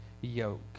yoke